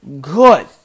Good